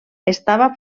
estava